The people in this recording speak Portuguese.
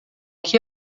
que